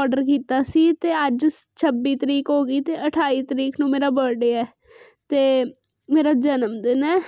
order ਕੀਤਾ ਸੀ ਤੇ ਅੱਜ ਛੱਬੀ ਤਰੀਕ ਹੋ ਗਈ ਤੇ ਅਠਾਈ ਤਰੀਕ ਨੂੰ ਮੇਰਾ ਬਰਥਡੇ ਹੈ ਤੇ ਮੇਰਾ ਜਨਮ ਦਿਨ ਹੈ